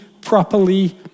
properly